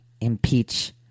impeach